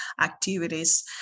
activities